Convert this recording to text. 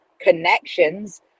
connections